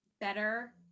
better